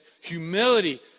humility